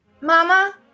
mama